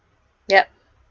yup